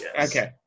okay